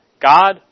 God